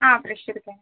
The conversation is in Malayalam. ആ ഫ്രഷ് എടുക്കാൻ